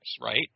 right